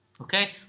Okay